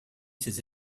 ses